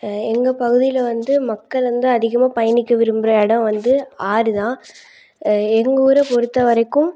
எங்கள் பகுதியில் வந்து மக்கள் வந்து அதிகமாக பயணிக்க விரும்புகிற இடம் வந்து ஆறுதான் எங்கள் ஊரை பொறுத்தவரைக்கும்